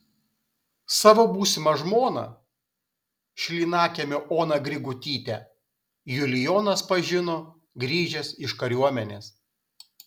savo būsimą žmoną šlynakiemio oną grigutytę julijonas pažino grįžęs iš kariuomenės